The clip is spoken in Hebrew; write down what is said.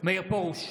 מאיר פרוש,